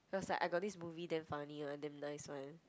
he was like I got this movie damn funny [one] damn nice [one]